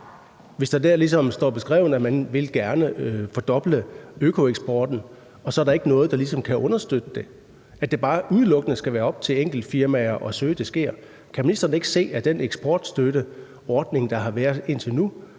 næste uge, står beskrevet, at man gerne vil fordoble økoeksporten, og der så ikke er noget, der ligesom kan understøtte det, altså at det bare udelukkende skal være op til enkeltfirmaer at sørge for, at det sker. Kan ministeren ikke se, at den eksportstøtteordning, der har været indtil nu,